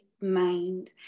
mind